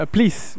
Please